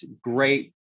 great